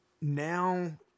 now